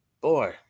boy